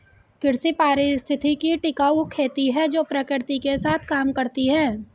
कृषि पारिस्थितिकी टिकाऊ खेती है जो प्रकृति के साथ काम करती है